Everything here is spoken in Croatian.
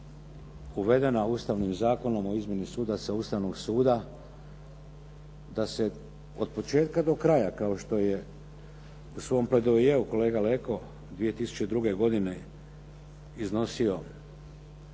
uvedena Ustavnim zakonom o izmjeni sudaca Ustavnog suda da se od početka do kraja, kao što je u svom pledoajeu kolega Leko 2002. godine iznosio,